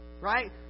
Right